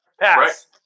Pass